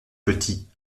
petit